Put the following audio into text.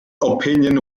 opinion